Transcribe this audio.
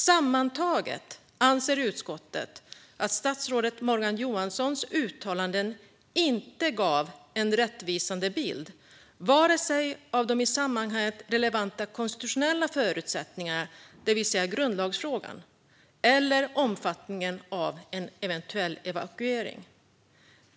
Sammantaget anser utskottet att statsrådet Morgan Johanssons uttalanden inte gav en rättvisande bild av vare sig de i sammanhanget relevanta konstitutionella förutsättningarna, det vill säga grundlagsfrågan, eller omfattningen av en eventuell evakuering.